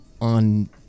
on